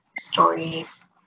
stories